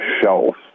shelf